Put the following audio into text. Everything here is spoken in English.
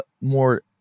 more